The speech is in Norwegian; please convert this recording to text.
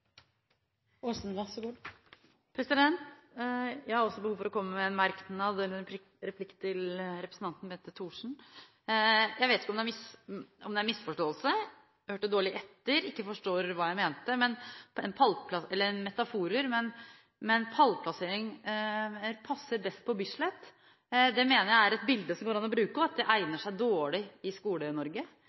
val. Jeg har også behov for å komme med en merknad eller replikk til representanten Bente Thorsen. Jeg vet ikke om det er en misforståelse, om hun hørte dårlig etter eller ikke forstår hva jeg mente – metaforer – men pallplasseringer passer best på Bislett. Det mener jeg er et bilde som det går an å bruke, men egner seg dårlig i